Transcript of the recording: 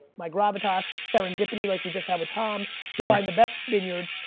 my gravitas, serendipity, like we just had with tom to find the best vineyards,